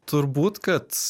turbūt kad